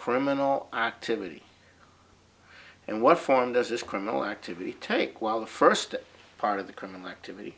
criminal activity and what form does this criminal activity take while the first part of the criminal activity